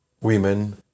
women